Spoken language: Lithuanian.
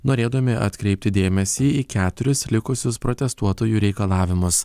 norėdami atkreipti dėmesį į keturis likusius protestuotojų reikalavimus